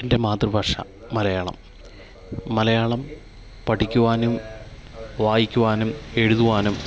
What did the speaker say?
എൻ്റെ മാതൃഭാഷ മലയാളം മലയാളം പഠിക്കുവാനും വായിക്കുവാനും എഴുതുവാനും